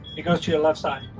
it goes to your left side.